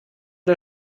der